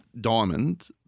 Diamond